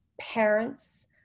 parents